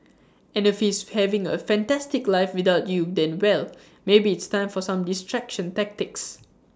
and if he's having A fantastic life without you then well maybe it's time for some distraction tactics